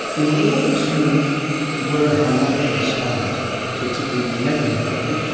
in order to learn how not to respond to tickling in a negative way,